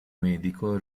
medico